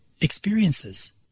experiences